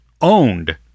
owned